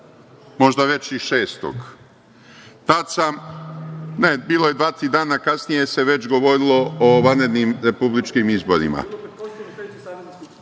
možda već i 6. oktobra. Ne bilo je dva tri dana kasnije se već govorilo o vanrednim republičkim izborima.